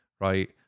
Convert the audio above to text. right